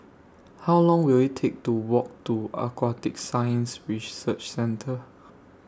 How Long Will IT Take to Walk to Aquatic Science Research Centre